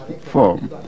form